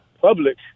public